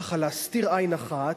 ככה להסתיר עין אחת,